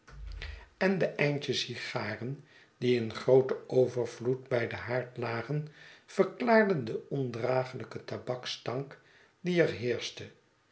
en de schetsen van boz eindjes sigaren die ingrooten overvloed bij den haard lagen verklaarden den ondragelijken tabakstank die er heerschte